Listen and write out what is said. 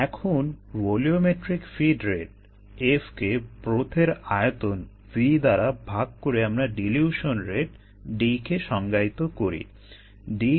এখন volumetric feed rate কে সংজ্ঞায়িত করি